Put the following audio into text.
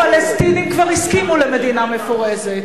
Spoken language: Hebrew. הפלסטינים כבר הסכימו למדינה מפורזת.